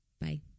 Bye